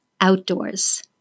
outdoors